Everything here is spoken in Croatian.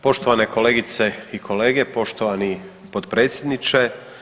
Poštovane kolegice i kolege, poštovani potpredsjedniče.